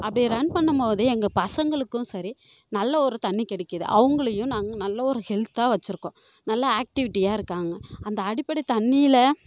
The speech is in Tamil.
அப்படி ரன் பண்ணும்போதே எங்கள் பசங்களுக்கும் சரி நல்ல ஒரு தண்ணீர் கிடைக்கிது அவங்களையும் நாங்கள் நல்ல ஒரு ஹெல்த்தாக வைச்சிருக்கோம் நல்ல ஆக்டிவிட்டியாக இருக்காங்க அந்த அடிப்படை தண்ணீல